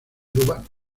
urbano